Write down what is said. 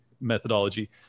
methodology